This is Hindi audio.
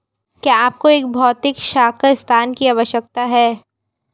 क्या आपको एक भौतिक शाखा स्थान की आवश्यकता है?